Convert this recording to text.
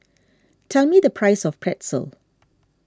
tell me the price of Pretzel